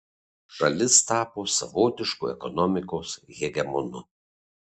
šalis tapo savotišku ekonomikos hegemonu